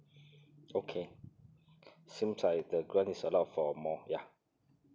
okay seems like the grant is allowed for more ya